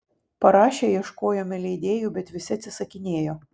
parašę ieškojome leidėjų bet visi atsisakinėjo